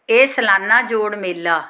ਇਹ ਸਲਾਨਾ ਜੋੜ ਮੇਲਾ